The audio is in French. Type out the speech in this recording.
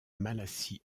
malassis